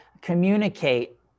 communicate